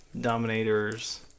Dominators